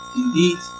indeed